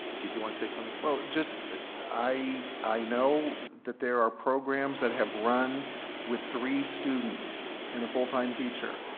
did you want to say something, tom? well, just i i know that there are programs that have run with three students and a full-time teacher.